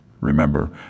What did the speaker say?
remember